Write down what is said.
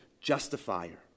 justifier